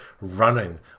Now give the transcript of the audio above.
running